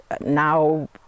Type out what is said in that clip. now